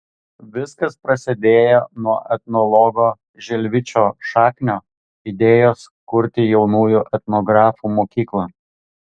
viskas prasidėjo nuo etnologo žilvičio šaknio idėjos kurti jaunųjų etnografų mokyklą